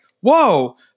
whoa